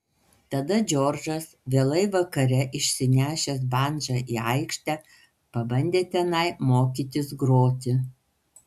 tada džordžas vėlai vakare išsinešęs bandžą į aikštę pabandė tenai mokytis groti